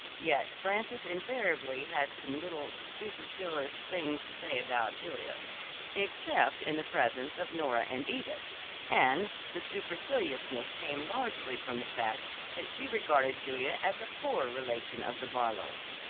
yet frances invariably had some little supercilious thing to say about julia except in the presence of nora and edith and the superciliousness came largely from the fact that she regarded julia as a poor relation of the barlows.